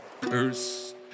curse